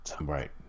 Right